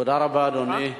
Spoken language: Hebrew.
תודה רבה, אדוני.